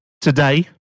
today